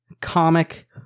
comic